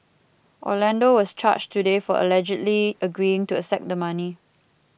Orlando was charged today for allegedly agreeing to accept the money